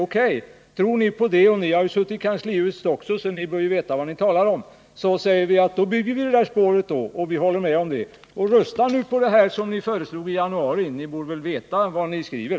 O. K., tror ni på det — ni har ju också suttit i kanslihuset så ni bör veta vad ni talar om — så håller vi med om att vi skall bygga det här spåret. Rösta nu på det som ni föreslog i januari! Ni borde väl veta vad ni skriver.